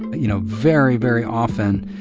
you know, very, very often,